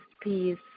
peace